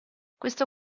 questo